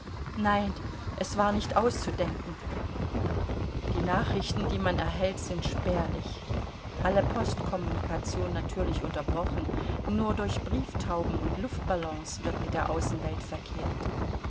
nein es war nicht auszudenken die nachrichten die man erhält sind spärlich alle postkommunikation natürlich unterbrochen nur durch brieftauben und luftballons wird mit der außenwelt verkehrt